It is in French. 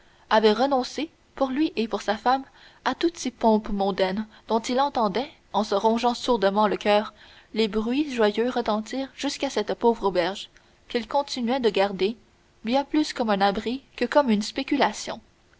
avait renoncé pour lui et pour sa femme à toutes ces pompes mondaines dont il entendait en se rongeant sourdement le coeur les bruits joyeux retentir jusqu'à cette pauvre auberge qu'il continuait de garder bien plus comme un abri que comme une spéculation